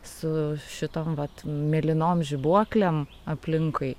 su šitom vat mėlynom žibuoklėm aplinkui